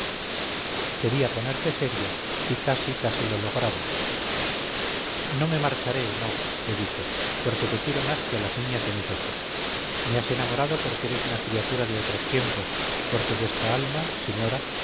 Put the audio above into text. quería ponerse seria y casi casi lo lograba no me marcharé no le dije porque te quiero más que a las niñas de mis ojos me has enamorado porque eres una criatura de otros tiempos porque vuestra alma señora